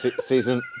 season